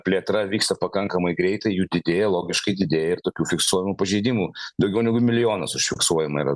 plėtra vyksta pakankamai greitai jų didėja logiškai didėja ir tokių fiksuojamų pažeidimų daugiau negu milijonas užfiksuojama yra